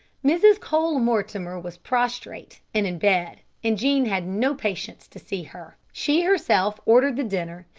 mrs. cole-mortimer was prostrate and in bed, and jean had no patience to see her. she herself ordered the dinner,